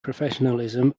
professionalism